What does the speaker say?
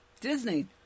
Disney